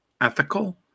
ethical